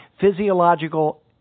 physiological